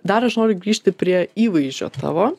dar aš noriu grįžti prie įvaizdžio tavo